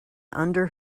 under